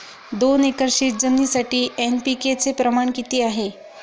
दोन एकर शेतजमिनीसाठी एन.पी.के चे प्रमाण किती आहे?